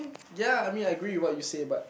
ya I mean I agree what you say but